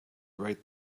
write